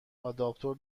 آداپتور